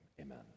amen